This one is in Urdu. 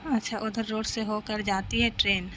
اچھا ادھر روڈ سے ہو کر جاتی ہے ٹرین